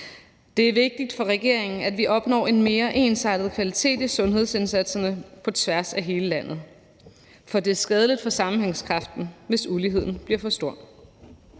Det er vigtigt for regeringen, at vi opnår en mere ensartet kvalitet i sundhedsindsatserne på tværs af hele landet. For det er skadeligt for sammenhængskraften, hvis uligheden bliver for stor.